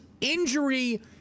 injury